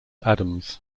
adams